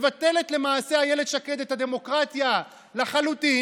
איילת שקד מבטלת למעשה את הדמוקרטיה לחלוטין,